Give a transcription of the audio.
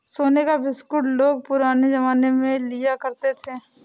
सोने का बिस्कुट लोग पुराने जमाने में लिया करते थे